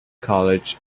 college